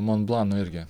monblano irgi